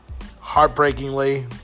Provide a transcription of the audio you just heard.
heartbreakingly